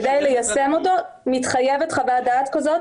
כדי ליישם אותו מתחייבת חוות דעת כזאת,